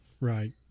Right